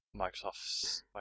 Microsoft